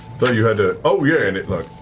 thought you had to oh, yeah! and it